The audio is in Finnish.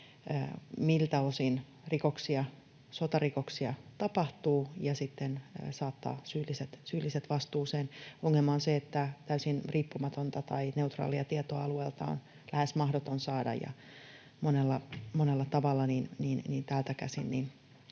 rikoksia, sotarikoksia tapahtuu, ja sitten saattaa syylliset vastuuseen. Ongelma on se, että täysin riippumatonta tai neutraalia tietoa alueelta on lähes mahdoton saada ja monella tavalla täältä käsin